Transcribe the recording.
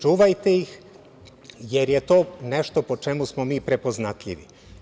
Čuvajte ih jer je to nešto po čemu smo prepoznatljivi.